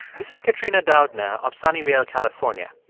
this is katrina doudna of sunnyvale, calif. um yeah